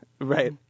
Right